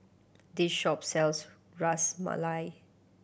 this shop sells Ras Malai